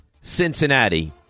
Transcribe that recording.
Cincinnati